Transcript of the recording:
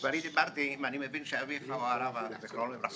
אני מבין שאביך ז"ל הוא הרב שילה.